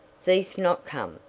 thief not come,